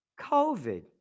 COVID